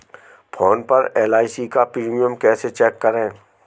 Phone पर LIC का premium कैसे चेक करें?